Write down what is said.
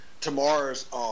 Tomorrow's